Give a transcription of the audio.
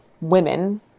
women